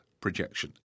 projection